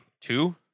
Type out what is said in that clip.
Two